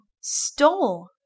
stole